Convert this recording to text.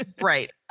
right